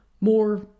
more